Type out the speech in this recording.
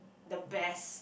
the best